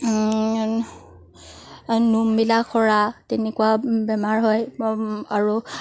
নোমবিলাক সৰা তেনেকুৱা বেমাৰ হয় আৰু